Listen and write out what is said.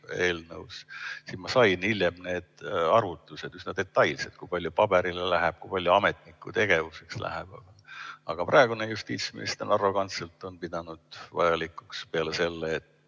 puhul, siis ma sain hiljem need arvutused üsna detailselt, kui palju paberile läheb, kui palju ametnike tegevuseks läheb. Aga praegune justiitsminister arrogantselt on pidanud vajalikuks peale selle, et